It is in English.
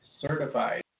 Certified